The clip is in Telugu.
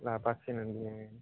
లేపాక్షి అండి